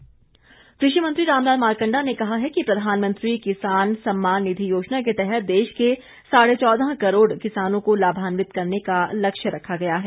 मारकंडा कृषि मंत्री रामलाल मारकंडा ने कहा है कि प्रधानमंत्री किसान सम्मान निधि योजना के तहत देश के साढे चौदह करोड़ किसानों को लाभान्वित करने का लक्ष्य रखा गया है